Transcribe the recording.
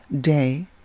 day